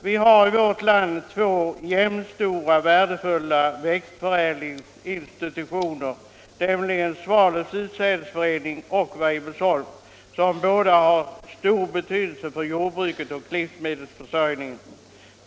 Vi har i vårt land två jämnstora värdefulla växtförädlingsinstitutioner, nämligen Svalövs utsädesförening och Weibullsholm, vilka båda har stor betydelse för jordbruket och livsmedelsförsörjningen.